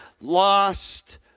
lost